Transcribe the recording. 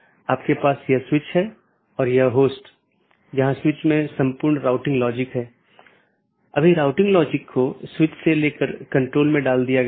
इन साथियों के बीच BGP पैकेट द्वारा राउटिंग जानकारी का आदान प्रदान किया जाना आवश्यक है